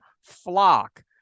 flock